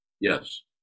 Yes